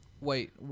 Wait